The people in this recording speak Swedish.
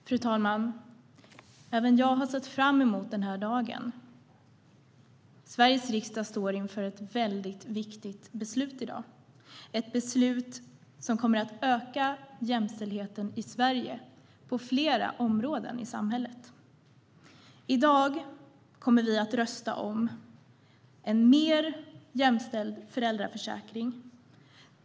Fru talman! Även jag har sett fram emot den här dagen. Sveriges riksdag står inför ett väldigt viktigt beslut i dag, ett beslut som kommer att öka jämställdheten i Sverige på flera områden i samhället. I dag kommer vi att rösta om en mer jämställd föräldraförsäkring.